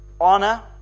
honor